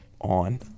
on